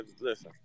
listen